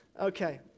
Okay